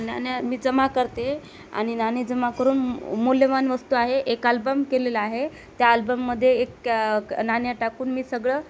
नाण्या मी जमा करते आणि नाणी जमा करून मूल्यवान वस्तू आहे एक आल्बम केलेला आहे त्या आल्बममध्ये एक नाण्या टाकून मी सगळं